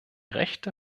rechte